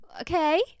Okay